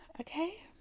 okay